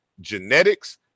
genetics